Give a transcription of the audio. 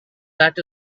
that